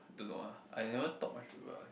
don't know ah I never talk much to people [one]